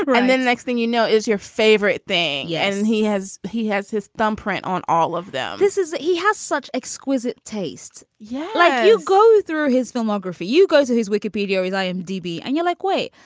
and then the next thing you know is your favorite thing. yeah and he has he has his thumbprint on all of them this is that he has such exquisite tastes. yeah like you go through his filmography, you go to his wikipedia, his i imdb and you're like, wait,